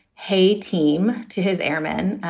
hey, team to his airman.